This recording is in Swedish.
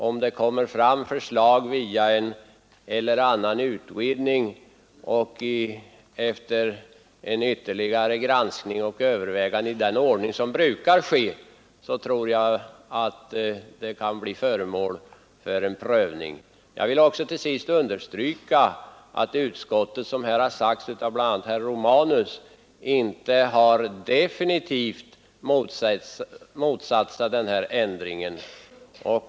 Om förslag framkommer via en eller annan utredning, tror jag att de efter ytterligare granskningar och överväganden i den ordning som brukar ske kan bli föremål för prövning. Jag vill till sist understryka att utskottet, som här sagts av bl.a. herr Romanus, inte har definitivt motsatt sig denna ändring.